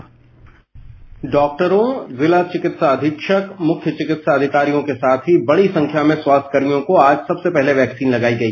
dispatch डॉक्टरों जिला चिकित्सा अधीक्षक मुख्य चिकित्सा अधिकारियों के साथ ही बड़ी संख्या में स्वास्थ्य कर्मियों को आज सबसे पहले वैक्सीन लगाई गई